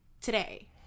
today